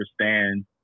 understand